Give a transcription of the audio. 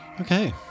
Okay